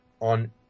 on